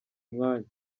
mwanya